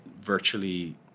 virtually